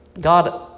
God